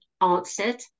answered